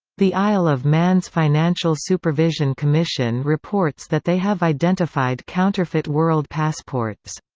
the isle of man's financial supervision commission reports that they have identified counterfeit world passports.